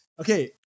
okay